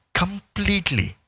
completely